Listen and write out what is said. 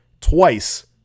twice